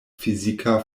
fizika